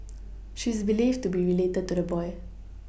she is believed to be related to the boy